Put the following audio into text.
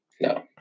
No